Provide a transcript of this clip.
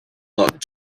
not